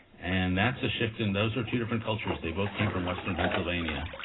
and that's a shift. and those are two different cultures. they both came from western pennsylvania,